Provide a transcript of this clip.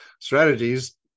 strategies